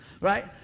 Right